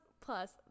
plus